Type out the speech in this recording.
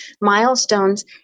milestones